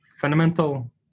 fundamental